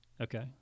Okay